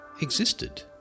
existed